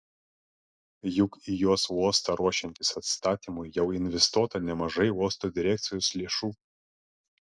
juk į jos uostą ruošiantis atstatymui jau investuota nemažai uosto direkcijos lėšų